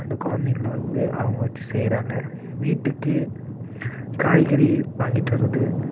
அந்த குழந்தைங்கள வந்து அவங்க வச்சு செய்கிறாங்க வீட்டுக்கு காய்கறி வாங்கிட்டு வர்றது